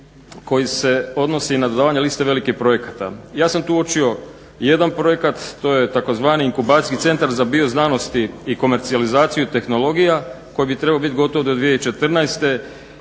koji se odnosi na dodavanje liste velikih projekata. Ja sam tu uočio jedan projekat, to je tzv. inkubacijski centar za bioznanosti i komercijalizaciju tehnologija koji bi trebao biti gotov do 2014.